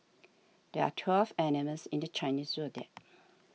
there are twelve animals in the Chinese zodiac